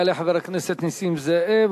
יעלה חבר הכנסת נסים זאב,